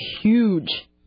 huge